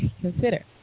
consider